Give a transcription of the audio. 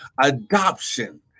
Adoption